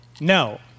no